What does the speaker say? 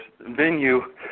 venue